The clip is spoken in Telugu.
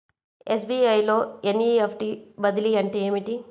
ఎస్.బీ.ఐ లో ఎన్.ఈ.ఎఫ్.టీ బదిలీ అంటే ఏమిటి?